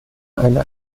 einer